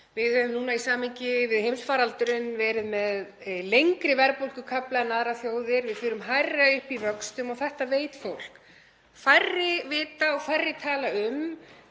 Við höfum núna í samhengi við heimsfaraldurinn verið með lengri verðbólgukafla en aðrar þjóðir, við förum hærra upp í vöxtum og þetta veit fólk. Færri vita og færri tala um